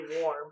warm